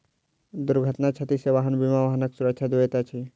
दुर्घटना में क्षति सॅ वाहन बीमा वाहनक सुरक्षा दैत अछि